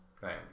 Right